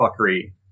fuckery